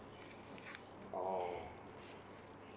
oh